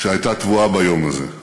שהייתה טבועה ביום הזה.